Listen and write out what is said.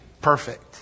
perfect